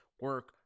Work